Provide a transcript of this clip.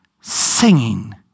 singing